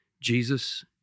Jesus